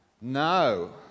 No